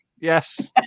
Yes